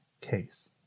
case